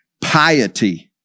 piety